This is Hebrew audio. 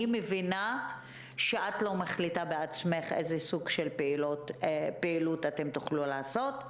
אני מבינה שאת לא מחליטה בעצמך איזה סוג של פעילות תוכלו לעשות,